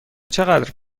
چقدر